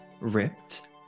ripped